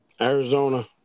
Arizona